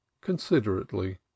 considerately